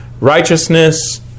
righteousness